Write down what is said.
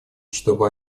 чтобы